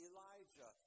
Elijah